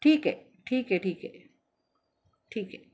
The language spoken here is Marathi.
ठीक आहे ठीक आहे ठीक आहे ठीक आहे